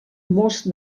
molts